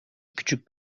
küçük